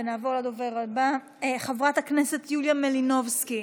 חברת הכנסת יוליה מלינובסקי,